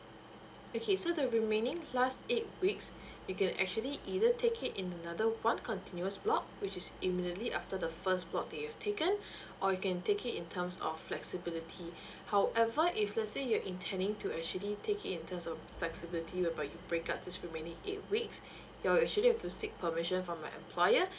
okay so the remaining last eight weeks you can actually either take it in another one continuous block which is immediately after the first block that you've taken or you can take it in terms of flexibility however if let say you're intending to actually take it in terms of flexibility whereby you break up these remainings eight weeks you're actually have to seek permission from your employer